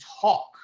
talk